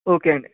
okay అండి